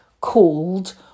called